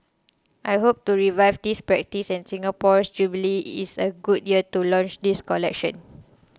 I hope to revive this practice and Singapore's jubilee is a good year to launch this collection